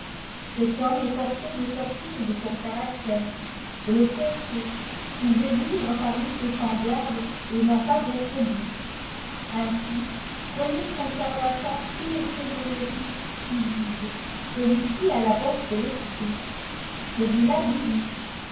cet homme est forcé de sortir de son caractère de le fausser s'il veut vivre parmi ses semblables et n'en pas être dupe ainsi prenez comme charlatans tous les phrénologists qui disent celui-ci a la bosse de l'esprit celui-là du vice